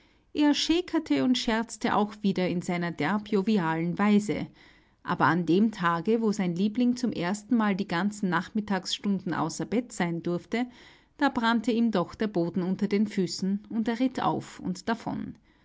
er schäkerte und scherzte auch wieder in seiner derb jovialen weise aber an dem tage wo sein liebling zum erstenmal die ganzen nachmittagsstunden außer bett sein durfte da brannte ihm doch der boden unter den füßen und er ritt auf und davon